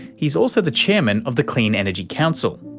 he's also the chairman of the clean energy council,